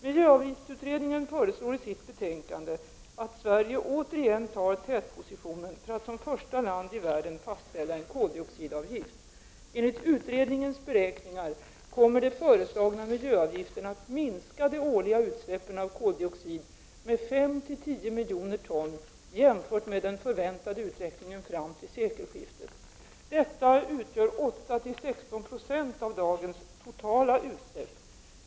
Miljöavgiftsutredningen föreslår i sitt betänkande att Sverige återigen tar tätpositionen för att som första land i världen fastställa en koldioxidavgift. Enligt utredningens beräkningar kommer de föreslagna miljöavgifterna att minska de årliga utsläppen av koldioxid med 5-10 miljoner ton jämfört med den förväntade utvecklingen fram till sekelskiftet. Detta utgör 8-16 96 av dagens totala utsläpp.